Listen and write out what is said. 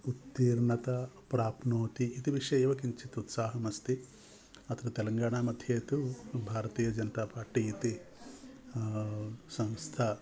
उत्तीर्णता प्राप्नोति इति विषये एव किञ्चित् उत्साहम् अस्ति अत्र तेलङ्गाणा मध्ये तु भारतीय जन्ता पार्टी इति संस्था